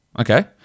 Okay